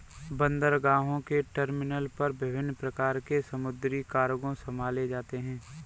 बंदरगाहों के टर्मिनल पर विभिन्न प्रकार के समुद्री कार्गो संभाले जाते हैं